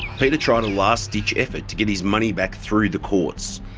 peter tried a last-ditch effort to get his money back through the courts,